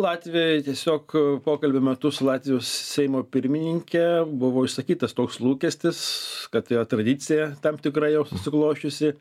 latvijoj tiesiog pokalbio metu su latvijos seimo pirmininke buvo išsakytas toks lūkestis kad yra tradicija tam tikra jau susiklosčiusi